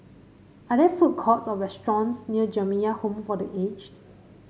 are there food courts or restaurants near Jamiyah Home for The Aged